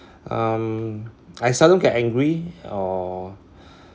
um I seldom get angry or